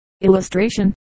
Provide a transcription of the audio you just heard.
Illustration